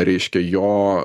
reiškia jo